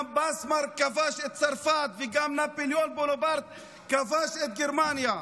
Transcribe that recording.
גם ביסמרק כבש את צרפת וגם נפוליאון בונפרטה כבש את גרמניה,